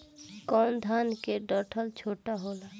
कौन धान के डंठल छोटा होला?